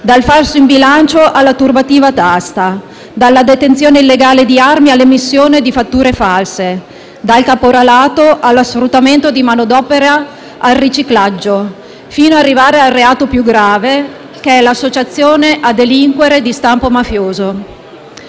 dal falso in bilancio alla turbativa d'asta, dalla detenzione illegale di armi all'emissione di fatture false, dal caporalato e sfruttamento di manodopera al riciclaggio, fino ad arrivare al reato più grave: l'associazione a delinquere di stampo mafioso.